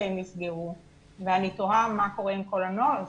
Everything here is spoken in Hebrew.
נסגרו ואני תוהה מה קורה עם כל הנוער הזה.